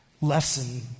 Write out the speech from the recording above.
lesson